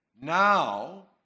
now